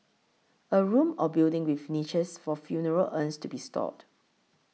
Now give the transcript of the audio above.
a room or building with niches for funeral urns to be stored